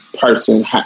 person